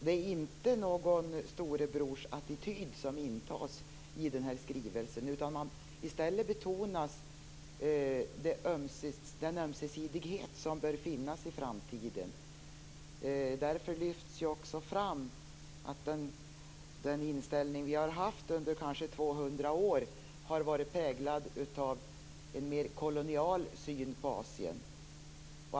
Det intas inte någon storebrorsattityd i skrivelsen. I stället betonas den ömsesidighet som bör finnas i framtiden. Den inställning som vi har haft i 200 år har varit präglad av en mer kolonial syn på Asien.